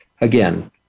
Again